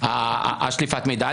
שליפת המידע?